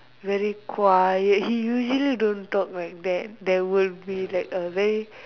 very quiet he usually don't talk one there there will be like a very